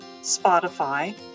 Spotify